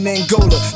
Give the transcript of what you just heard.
Angola